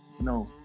No